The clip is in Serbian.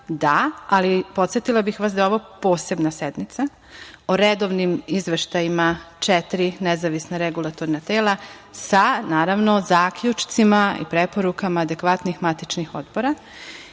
Poslovnika. Podsetila bih vas da je ovo posebna sednica o redovnim izveštajima četiri nezavisna regulatorna tela sa naravno zaključcima i preporukama adekvatnih matičnih odbora